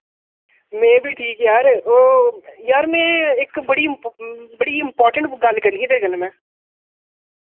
मैं बी ठीक यार ओह् यार मैं इक बड़ी इम्प बड़ी इम्पोर्टेन्ट गल्ल करनी ही तेरे कन्नै मैं